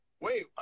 Wait